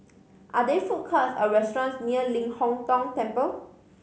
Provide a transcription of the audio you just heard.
are there food courts or restaurants near Ling Hong Tong Temple